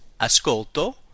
ascolto